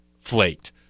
flaked